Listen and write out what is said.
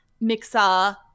Mixer